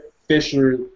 Fisher